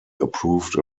approved